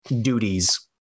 duties